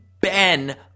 ben